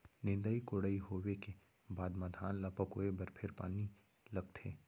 निंदई कोड़ई होवे के बाद म धान ल पकोए बर फेर पानी लगथे